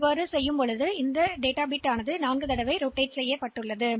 எனவே இந்த வளையம் 4 முறை மீண்டும் செய்யப்படும்